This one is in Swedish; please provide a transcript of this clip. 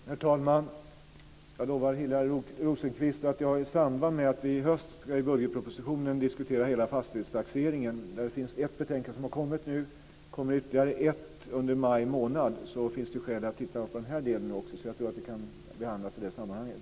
Herr talman! Jag lovar, Helena Hillar Rosenqvist, att det i samband med vi i höst i och med budgetpropositionen ska diskutera hela fastighetstaxeringen - ett betänkande har nu kommit och ytterligare ett kommer under maj månad - finns skäl att titta också på den här delen, så jag tror att det här kan behandlas i det sammanhanget.